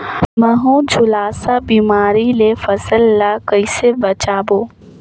महू, झुलसा बिमारी ले फसल ल कइसे बचाबो?